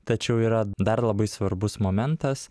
tačiau yra dar labai svarbus momentas